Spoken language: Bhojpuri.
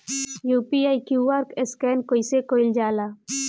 यू.पी.आई क्यू.आर स्कैन कइसे कईल जा ला?